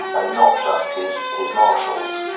and not just his his marshals,